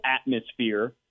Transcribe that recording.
atmosphere